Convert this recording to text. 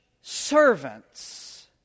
servants